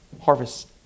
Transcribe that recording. Harvest